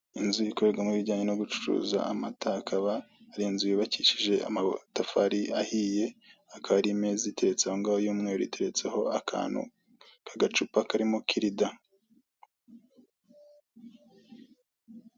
Inzu ikorerwamo ibijyanye no gucuruza amata, akaba ari nzu yubakishije amatafari ahiye, hakaba hari imeza y'umweru iteretseho akantu k'agacupa karimo kirida.